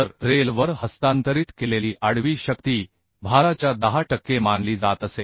तर रेल वर हस्तांतरित केलेली आडवी शक्ती भाराच्या 10 टक्के मानली जात असे